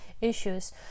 issues